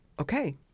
Okay